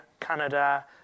Canada